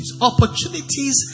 Opportunities